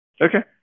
Okay